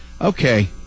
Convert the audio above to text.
Okay